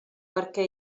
perquè